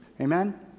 Amen